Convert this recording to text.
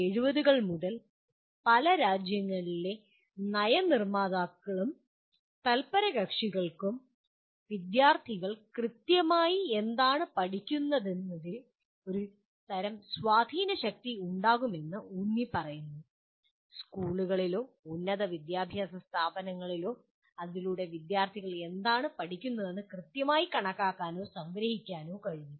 1970 കൾ മുതൽ പല രാജ്യങ്ങളിലെ നയ നിർമാതാക്കൾക്കും തത്പരകക്ഷികൾക്കും വിദ്യാർത്ഥികൾ കൃത്യമായി എന്താണ് പഠിക്കുന്നതെന്നതിൽ ഒരുതരം സ്വാധീനശക്തി ഉണ്ടാകുമെന്ന് ഊന്നിപ്പറയുന്നു സ്കൂളുകളിലോ ഉന്നത വിദ്യാഭ്യാസ സ്ഥാപനങ്ങളിലോ അതിലൂടെ വിദ്യാർത്ഥികൾ എന്താണ് പഠിക്കുന്നതെന്ന് കൃത്യമായി കണക്കാക്കാനോ സംഗ്രഹിക്കാനോ കഴിയും